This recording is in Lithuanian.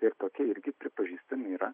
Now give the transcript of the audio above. tai ir tokie irgi pripažįstami yra